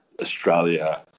Australia